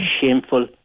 shameful